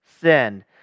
sin